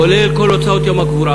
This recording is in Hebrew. כולל כל הוצאות יום הקבורה.